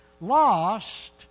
Lost